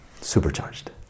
Supercharged